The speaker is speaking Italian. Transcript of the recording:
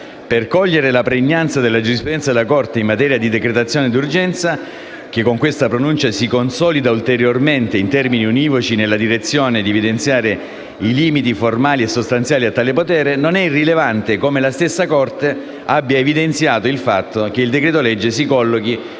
Per cogliere la pregnanza della giurisprudenza della Corte in materia di decretazione d'urgenza, che con questa pronuncia si consolida ulteriormente in termini univoci nella direzione di evidenziare i limiti formali e sostanziali a tale potere, non è irrilevante come la stessa Corte abbia evidenziato il fatto che il decreto-legge si collochi